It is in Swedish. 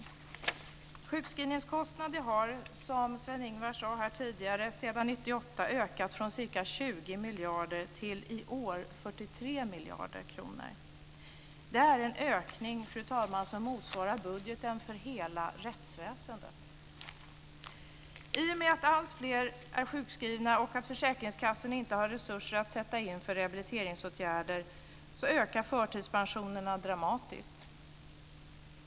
Sjukskrivningskostnaderna har, som Sven-Erik sade här tidigare, sedan 1998 ökat från ca 20 miljarder till 43 miljarder kronor i år. Det är en ökning, fru talman, som motsvarar budgeten för hela rättsväsendet. I och med att alltfler är sjukskrivna och att försäkringskassorna inte har resurser att sätta in för rehabiliteringsåtgärder ökar förtidspensionerna dramatiskt.